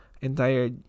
entire